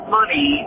money